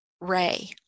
Ray